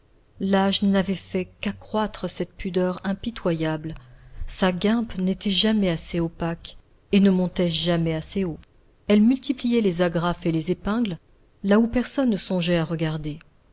l'âge n'avait fait qu'accroître cette pudeur impitoyable sa guimpe n'était jamais assez opaque et ne montait jamais assez haut elle multipliait les agrafes et les épingles là où personne ne songeait à regarder